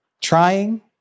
trying